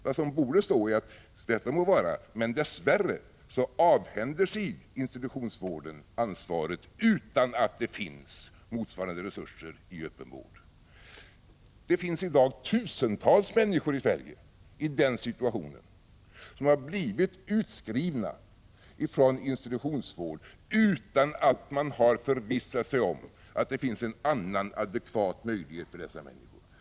Vad som borde stå är att det må vara på det sättet men att institutionsvården dess värre avhänder sig ansvaret utan att det finns motsvarande resurser i öppen vård. Tusentals människor i Sverige befinner sig i dag i den situationen. De har blivit utskrivna från institutionsvård utan att man har förvissat sig om att det finns en annan, adekvat möjlighet för dessa människor.